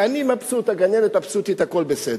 אני מבסוט, הגננת מבסוטית, הכול בסדר.